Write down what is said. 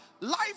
Life